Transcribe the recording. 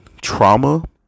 trauma